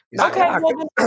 Okay